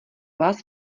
vás